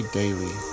daily